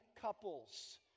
couples